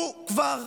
הוא כבר,